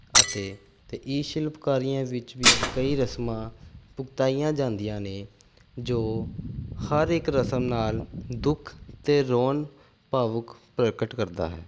ਅਤੇ ਅਤੇ ਇਹ ਸ਼ਿਲਪਕਾਰੀਆਂ ਵਿੱਚ ਵੀ ਕਈ ਰਸਮਾਂ ਭੁਗਤਾਈਆਂ ਜਾਂਦੀਆਂ ਨੇ ਜੋ ਹਰ ਇੱਕ ਰਸਮ ਨਾਲ਼ ਦੁੱਖ ਅਤੇ ਰੋਣ ਭਾਵੁਕ ਪ੍ਰਗਟ ਕਰਦਾ ਹੈ